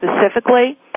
specifically